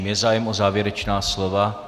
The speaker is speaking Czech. Je zájem o závěrečná slova?